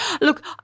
Look